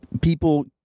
people